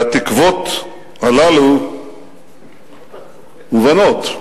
והתקוות הללו מובנות.